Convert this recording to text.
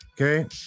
Okay